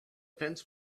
fence